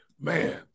Man